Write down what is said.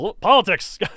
Politics